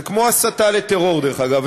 זה כמו הסתה לטרור, דרך אגב.